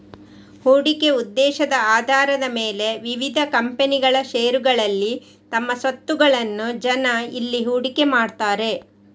ಹೂಡಿಕೆ ಉದ್ದೇಶದ ಆಧಾರದ ಮೇಲೆ ವಿವಿಧ ಕಂಪನಿಗಳ ಷೇರುಗಳಲ್ಲಿ ತಮ್ಮ ಸ್ವತ್ತುಗಳನ್ನ ಜನ ಇಲ್ಲಿ ಹೂಡಿಕೆ ಮಾಡ್ತಾರೆ